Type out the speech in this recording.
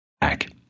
back